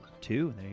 Two